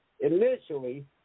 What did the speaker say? initially